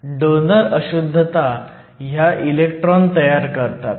donor अशुद्धता ह्या electron तयार करतात